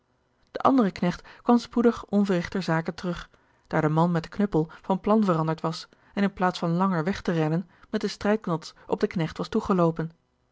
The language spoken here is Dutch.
de andere knecht kwam spoedig onverrigterzake terug daar de man met den knuppel van plan veranderd was en in plaats van langer weg te rennen met de strijdknods op den knecht was